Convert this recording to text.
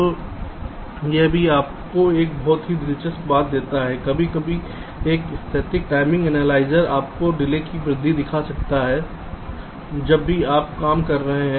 तो यह भी आपको एक बहुत ही दिलचस्प बात देता है कभी कभी एक स्थैतिक समय विश्लेषक आपको डिले में वृद्धि दिखा सकता है जब भी आप कम कर रहे हैं